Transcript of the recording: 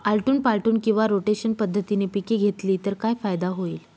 आलटून पालटून किंवा रोटेशन पद्धतीने पिके घेतली तर काय फायदा होईल?